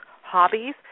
hobbies